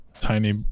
Tiny